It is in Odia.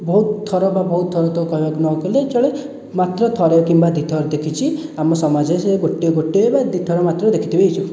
ବହୁତ ଥର ବା ବହୁତ ଥର ତ କହିବାକୁ ନ କଲେ ଚଳେ ମାତ୍ର ଥରେ କିମ୍ବା ଦୁଇ ଥର ଦେଖିଅଛି ଆମ ସମାଜେ ସେ ଗୋଟିଏ ଗୋଟିଏ ବା ଦୁଇ ଥର ଦେଖିଥିବେ ଏସବୁ